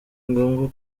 ngombwa